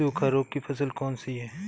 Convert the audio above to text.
सूखा रोग की फसल कौन सी है?